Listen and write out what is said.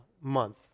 month